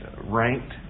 ranked